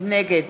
נגד